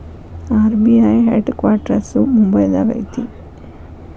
RBI headquarters ಮುಂಬೈದಾಗ ಐತಿ